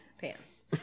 Pants